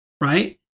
right